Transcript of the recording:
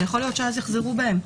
ויכול להיות שאז יחזרו בהם.